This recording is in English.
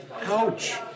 Ouch